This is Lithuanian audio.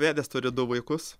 vedęs turiu du vaikus